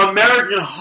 American